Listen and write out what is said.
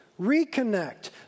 reconnect